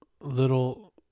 little